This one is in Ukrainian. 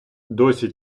досі